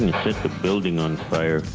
the building on fire.